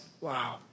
Wow